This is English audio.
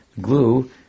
glue